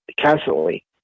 constantly